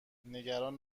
نگران